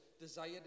desire